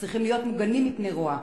צריכים להיות מוגנים מרוע.